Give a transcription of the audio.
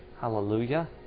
Hallelujah